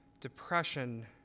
depression